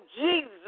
Jesus